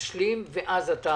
נשלים, ואז אתה